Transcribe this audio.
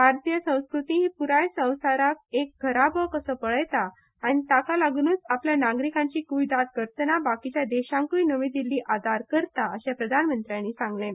भारतीय संस्कृती ही पुराय संवसाराक एक घराबो कसो पळयता आनी ताका लागून आपल्या नागरिकांची क्यदाद करतना हेर देशांकूय नवी दिछी आदार करता अशें प्रधानमंत्र्यांनी सांगलें